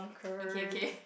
okay okay